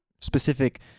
specific